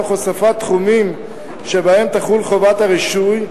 תוך הוספת תחומים שבהם תחול חובת הרישוי,